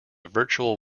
virtual